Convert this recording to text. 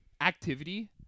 activity